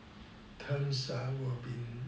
terms ah